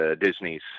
Disney's